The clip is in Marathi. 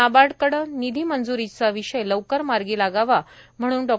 नाबार्डकडे निधी मंजूरीचा विषय लवकर मार्गी लागावा म्हणून डॉ